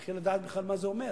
בלי לדעת מה בכלל זה אומר.